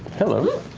hello.